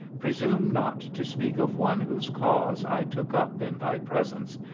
presume not to speak of one whose cause i took up in thy presence,